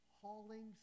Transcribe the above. hauling